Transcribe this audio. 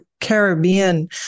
Caribbean